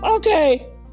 Okay